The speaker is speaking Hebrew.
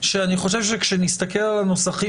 שאני חושב שכאשר נסתכל על הנוסחים,